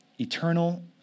eternal